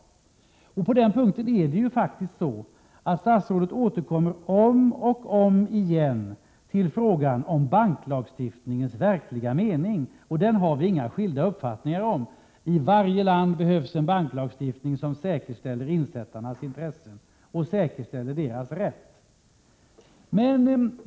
På den punkten är det ju faktiskt så att statsrådet om och om igen återkommer till frågan om banklagstiftningens verkliga mening. Därvidlag har vi inga skilda uppfattningar: I varje land behövs en banklagstiftning som säkerställer insättarnas intressen och säkerställer deras rätt.